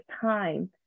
time